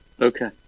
Okay